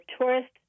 tourists